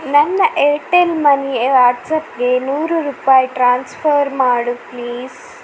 ನನ್ನ Airtel money ವಾಟ್ಸ್ಅಪ್ಗೆ ನೂರು ರೂಪಾಯಿ ಟ್ರಾನ್ಸ್ಫರ್ ಮಾಡು ಪ್ಲೀಸ್